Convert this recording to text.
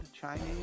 Chinese